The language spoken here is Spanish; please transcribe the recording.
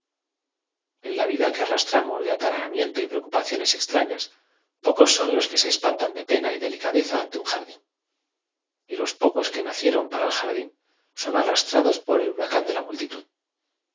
en la vida que arrastramos de aíareamiento y preocupaciones extrañas pocos son los que se espantan de pena y delica deza ante un jardín y los pocos que na cieron para el jardín son arrastrados por el huracán de la multitud